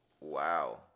Wow